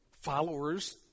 followers